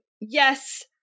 yes